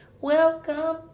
welcome